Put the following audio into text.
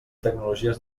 tecnologies